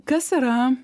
kas yra